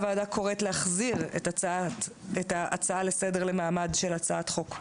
הוועדה קוראת להחזיר את ההצעה לסדר למעמד של הצעת חוק,